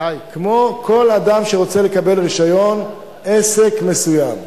כמו כל אדם שרוצה לקבל רשיון עסק מסוים.